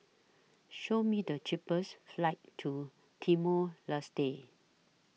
Show Me The cheapest flights to Timor Leste